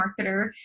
marketer